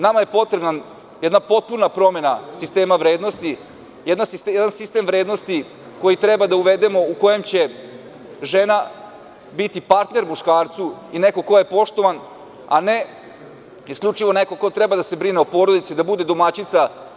Nama je potrebna jedna potpuna promena sistema vrednosti, jedan sistem vrednosti koji treba da uvedemo u kojem će žena biti partner muškarcu i neko ko je poštovan, a ne isključivo neko ko treba da se brine o porodici, da bude domaćica.